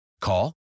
Call